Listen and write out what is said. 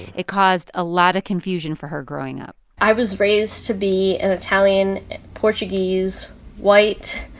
it caused a lot of confusion for her growing up i was raised to be an italian-portuguese white